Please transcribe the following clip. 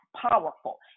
powerful